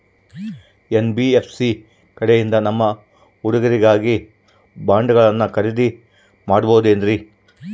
NBFC ಕಡೆಯಿಂದ ನಮ್ಮ ಹುಡುಗರಿಗಾಗಿ ಬಾಂಡುಗಳನ್ನ ಖರೇದಿ ಮಾಡಬಹುದೇನ್ರಿ?